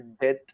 death